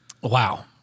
Wow